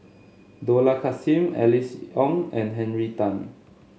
Dollah Kassim Alice Ong and Henry Tan